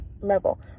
level